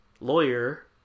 lawyer